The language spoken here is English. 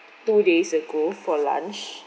two days ago for lunch